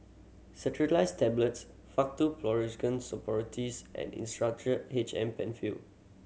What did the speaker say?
Cetirizine Tablets Faktu Policresulen Suppositories and Insulatard H M Penfill